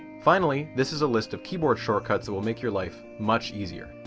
finally, this is a list of keyboard shortcuts that will make your life much easier.